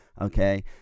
okay